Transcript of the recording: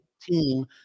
team